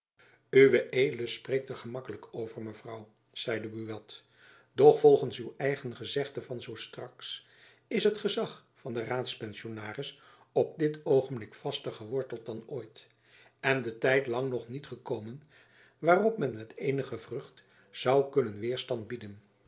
spreekt er gemakkelijk over mevrouw zeide buat doch volgends uw eigen gezegde van jacob van lennep elizabeth musch zoo straks is het gezach van den raadpensionaris op dit oogenblik vaster geworteld dan ooit en de tijd lang nog niet gekomen waarop men hem met eenige vrucht zoû kunnen weêrstand bieden